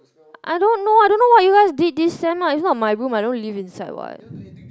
I don't know I don't know what you guys did this sem it's not my room I don't live inside [what]